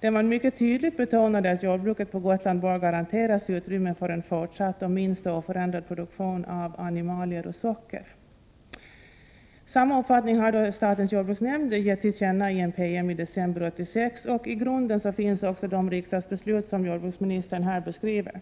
där man mycket tydligt betonade att jordbruket på Gotland bör garanteras utrymme för en fortsatt och minst oförändrad produktion av animalier och socker. Samma uppfattning har statens jordbruksnämnd gett till känna i en PM i december 1986, och i grunden finns också de riksdagsbeslut som jordbruksministern nämner.